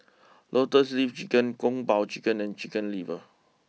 Lotus leaf Chicken Kung Po Chicken and Chicken liver